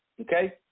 Okay